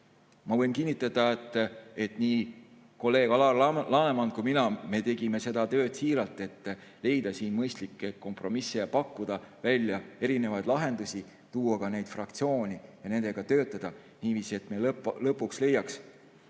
ma võin kinnitada, et nii kolleeg Alar Laneman kui mina tegime seda tööd siiralt, et leida mõistlikke kompromisse ja pakkuda välja lahendusi, tuua ka neid fraktsiooni ja nendega töötada niiviisi, et me lõpuks leiaksime